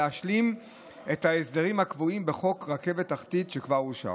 להשלים את ההסדרים הקבועים בחוק רכבת תחתית שכבר אושר.